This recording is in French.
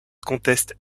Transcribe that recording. conteste